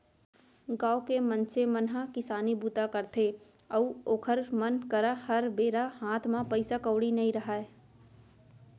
गाँव के मनसे मन ह किसानी बूता करथे अउ ओखर मन करा हर बेरा हात म पइसा कउड़ी नइ रहय